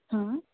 हाँ